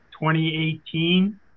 2018